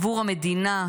עבור המדינה,